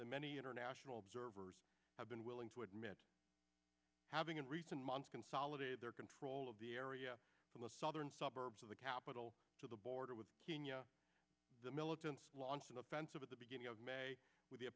than many international observers have been willing to admit having in recent months consolidated their control of the area in the southern suburbs of the capital to the border with kenya the militants launched an offensive at the beginning of may with